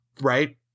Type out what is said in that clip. Right